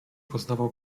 poznawał